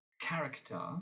character